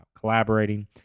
collaborating